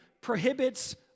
prohibits